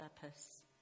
purpose